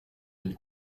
une